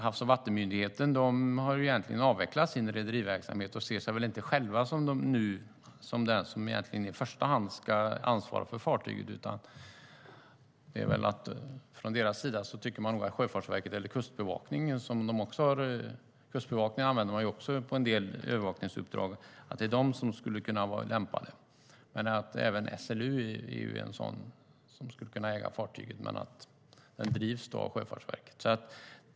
Havs och vattenmyndigheten har egentligen avvecklat sin rederiverksamhet och ser sig väl inte som de som i första hand ska ansvara för fartyget. De använder också Kustbevakningen för en del övervakningsuppdrag och skulle kunna vara lämpade att äga fartyget. Men även SLU skulle kunna äga fartyget men drivas av Sjöfartsverket.